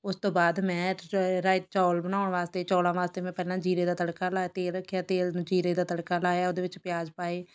ਉਸ ਤੋਂ ਬਾਅਦ ਮੈਂ ਰਾਏਤ ਚੌਲ ਬਣਾਉਣ ਵਾਸਤੇ ਚੌਲਾਂ ਵਾਸਤੇ ਮੈਂ ਪਹਿਲਾਂ ਜੀਰੇ ਦਾ ਤੜਕਾ ਲਾਇਆ ਤੇਲ ਰੱਖਿਆ ਤੇਲ ਨੂੰ ਜੀਰੇ ਦਾ ਤੜਕਾ ਲਾਇਆ ਉਹਦੇ ਵਿੱਚ ਪਿਆਜ਼ ਪਾਏ